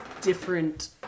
different